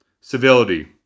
Civility